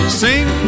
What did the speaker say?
sing